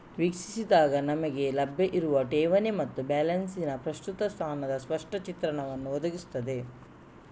ವೀಕ್ಷಿಸಿದಾಗ ನಮಿಗೆ ಲಭ್ಯ ಇರುವ ಠೇವಣಿ ಮತ್ತೆ ಬ್ಯಾಲೆನ್ಸಿನ ಪ್ರಸ್ತುತ ಸ್ಥಾನದ ಸ್ಪಷ್ಟ ಚಿತ್ರಣವನ್ನ ಒದಗಿಸ್ತದೆ